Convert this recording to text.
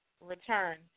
return